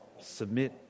Submit